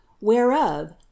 whereof